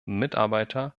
mitarbeiter